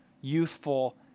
youthful